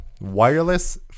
wireless